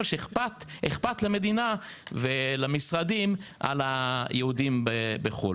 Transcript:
שאכפת לה ולמשרדים מהיהודים בחו"ל.